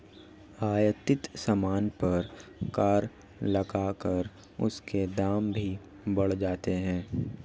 आयातित सामान पर कर लगाकर उसके दाम भी बढ़ जाते हैं